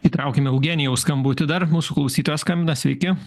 įtraukim eugenijaus skambutį dar mūsų klausytojas skambina sveiki